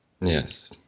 Yes